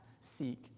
seek